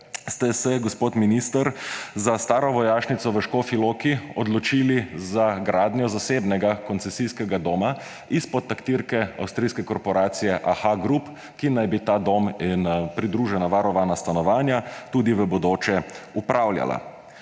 ste se, gospod minister, za staro vojašnico v Škofji Loki odločili za gradnjo zasebnega koncesijskega doma izpod taktirke avstrijske korporacije Aha Gruppe, ki naj bi ta dom in pridružena varovana stanovanja tudi v bodoče upravljala.